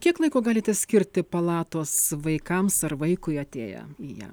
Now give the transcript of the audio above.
kiek laiko galite skirti palatos vaikams ar vaikui atėję į ją